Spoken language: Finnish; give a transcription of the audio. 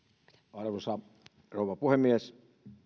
arvoisa rouva puhemies